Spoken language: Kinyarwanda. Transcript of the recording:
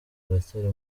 baracyari